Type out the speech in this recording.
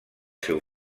seu